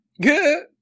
Good